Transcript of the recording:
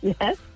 Yes